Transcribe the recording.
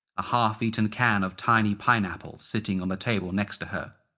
a half-eaten can of tiny pineapples sitting on the table next to her,